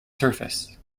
surface